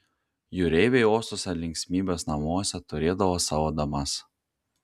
jūreiviai uostuose linksmybės namuose turėdavo savo damas